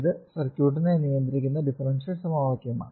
ഇത് സർക്യൂട്ടിനെ നിയന്ത്രിക്കുന്ന ഡിഫറൻഷ്യൽ സമവാക്യമാണ്